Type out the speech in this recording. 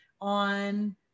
on